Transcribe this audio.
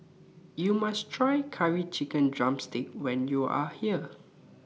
YOU must Try Curry Chicken Drumstick when YOU Are here